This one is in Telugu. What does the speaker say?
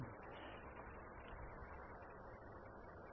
అదేవిధంగా ఇక్కడ పిన్స్ ఉన్నాయి